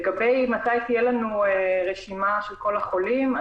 מתי תהיה לנו רשימה של כל החולים?